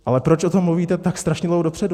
Ale proč o tom mluvíte tak strašně dlouho dopředu?